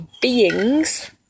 beings